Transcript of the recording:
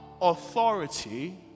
authority